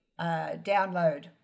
download